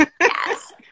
Yes